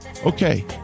Okay